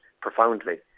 profoundly